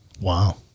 Wow